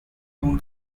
own